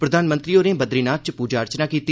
प्रधानमंत्री होरें बद्रीनाथ च पूजा अर्चना कीती